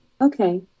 Okay